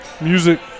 music